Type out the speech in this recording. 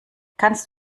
kannst